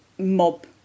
mob